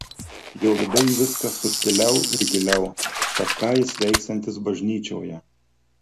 jo viduj viskas subtiliau ir giliau tad ką jis veiksiantis bažnyčioje